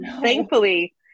thankfully